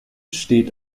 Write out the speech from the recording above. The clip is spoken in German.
steht